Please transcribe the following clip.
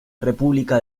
república